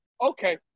okay